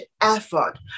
effort